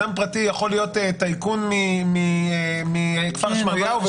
אדם פרטי יכול להיות טייקון מכפר שמריהו,